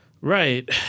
Right